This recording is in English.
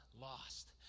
lost